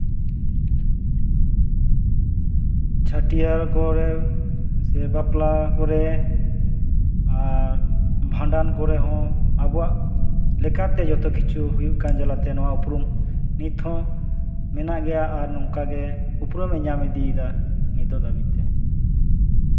ᱪᱷᱟᱹᱴᱭᱟᱹᱨ ᱠᱚᱨᱮ ᱥᱮ ᱵᱟᱯᱞᱟ ᱠᱚᱨᱮ ᱟᱨ ᱵᱷᱟᱸᱰᱟᱱ ᱠᱚᱨᱮ ᱦᱚᱸ ᱟᱵᱚᱣᱟᱜ ᱞᱮᱠᱟᱛᱮ ᱡᱚᱛᱚ ᱠᱤᱪᱷᱩ ᱦᱩᱭᱩᱜ ᱠᱟᱱ ᱡᱟᱞᱟᱛᱮ ᱱᱚᱣᱟ ᱩᱯᱨᱩᱢ ᱱᱤᱛ ᱦᱚᱸ ᱢᱮᱱᱟᱜ ᱜᱮᱭᱟ ᱟᱨ ᱱᱚᱝᱠᱟ ᱜᱮ ᱩᱯᱨᱩᱢᱮ ᱧᱟᱢ ᱤᱫᱤᱭᱮᱫᱟ ᱱᱤᱛᱳᱜ ᱫᱷᱟᱹᱵᱤᱡ ᱛᱮ